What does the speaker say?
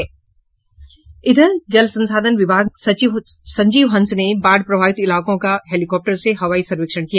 इधर जल संसाधन विभाग के सचिव संजीव हंस ने बाढ़ प्रभावित इलाकों का हेलीकॉप्टर से हवाई सर्वेक्षण किया